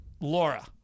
Laura